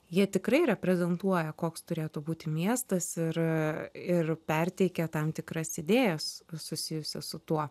jie tikrai reprezentuoja koks turėtų būti miestas ir ir perteikia tam tikras idėjas susijusias su tuo